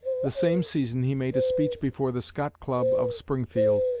the same season he made a speech before the scott club of springfield,